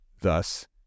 thus